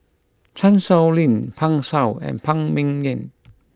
Chan Sow Lin Pan Shou and Phan Ming Yen